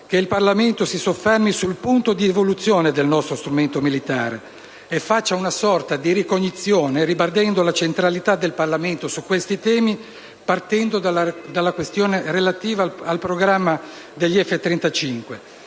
che il Parlamento si soffermi sul punto di evoluzione del nostro strumento militare e faccia una sorta di ricognizione, ribadendo la centralità del Parlamento su questi temi, partendo dalla questione relativa al programma degli F-35,